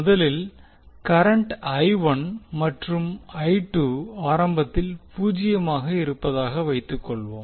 முதலில் கரண்ட் மற்றும் ஆரம்பத்தில் பூஜ்ஜியமாக இருப்பதாக வைத்துக் கொள்வோம்